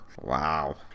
Wow